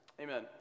Amen